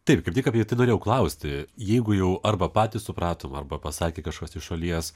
taip kaip tik apie tai norėjau klausti jeigu jau arba patys supratom arba pasakė kažkas iš šalies